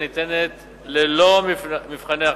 הניתנת ללא מבחני הכנסה,